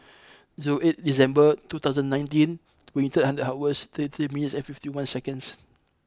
zero eighy December two thousand and nineteen twenty third hundred hours thirty three minutes and fifty one seconds